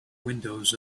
windows